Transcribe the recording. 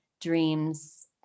dreams